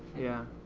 yeah.